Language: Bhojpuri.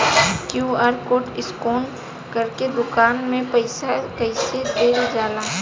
क्यू.आर कोड स्कैन करके दुकान में पईसा कइसे देल जाला?